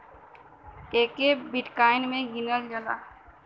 एके बिट्काइन मे गिनल जाला